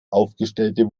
aufgestellte